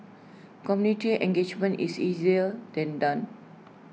community engagement is easier than done